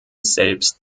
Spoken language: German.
selbst